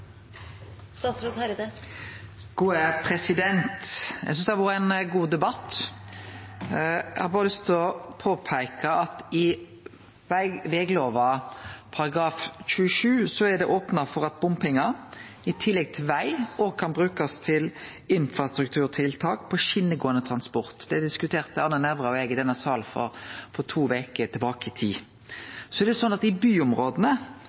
Eg synest det har vore ein god debatt. Eg har berre lyst til å påpeike at i veglova § 27 er det opna for at bompengar i tillegg til veg kan brukast til infrastrukturtiltak på skjenegåande transport. Det diskuterte Arne Nævra og eg i denne salen to veker tilbake i tid. Så er det sånn at i